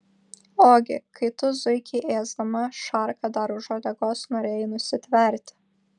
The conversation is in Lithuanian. ogi kai tu zuikį ėsdama šarką dar už uodegos norėjai nusitverti